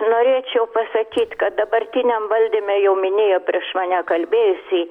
norėčiau pasakyt kad dabartiniam valdyme jau minėjo prieš mane kalbėjusieji